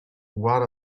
one